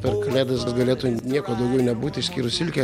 per kalėdas gal galėtų nieko daugiau nebūt išskyrus silkę